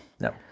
No